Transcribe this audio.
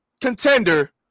contender